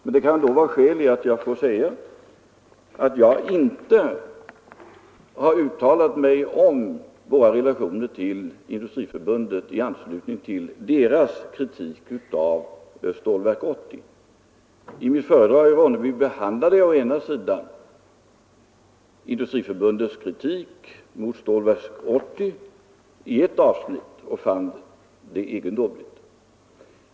Men då kan det vara på sin plats att jag säger, att jag inte har uttalat mig om våra relationer till Industriförbundet i anslutning till förbundets kritik av Stålverk 80. I mitt föredrag i Ronneby behandlade jag i ett avsnitt Industriförbundets kritik mot Stålverk 80 och fann den egendomlig.